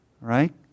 right